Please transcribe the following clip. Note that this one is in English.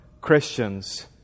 Christians